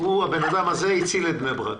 הבן אדם הזה הציל את בני ברק.